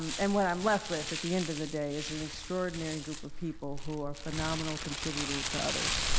and what i'm left with at the end of the day is an extraordinary group of people who are phenomenal contributors to others.